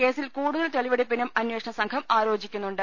കേസിൽ കൂടുതൽ തെളിവെടുപ്പിനും അന്വേഷണ സംഘം ആലോചി ക്കുന്നുണ്ട്